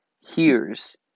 hears